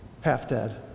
half-dead